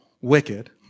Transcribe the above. Wicked